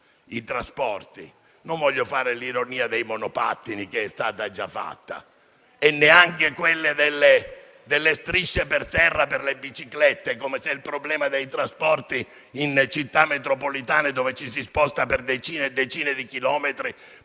i trasporti, non voglio fare ironia sui monopattini, visto che è stata già fatta, e neanche sulle strisce per terra per le biciclette, come se il problema dei trasporti in città metropolitane dove ci si sposta per decine e decine di chilometri